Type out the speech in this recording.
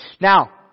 Now